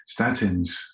Statins